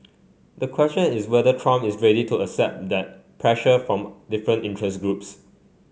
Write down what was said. the question is whether Trump is ready to accept that pressure from different interest groups